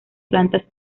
plantas